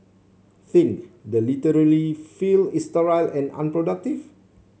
think the literally field is sterile and unproductive